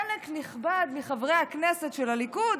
חלק נכבד מחברי הכנסת של הליכוד